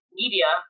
media